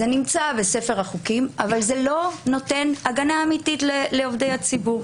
זה נמצא בספר החוקים אבל זה לא נותן הגנה אמיתית לעובדי הציבור.